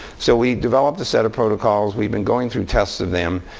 so we developed a set of protocols. we've been going through tests of them.